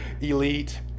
Elite